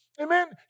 Amen